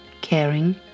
caring